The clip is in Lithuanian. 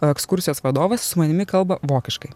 o ekskursijos vadovas su manimi kalba vokiškai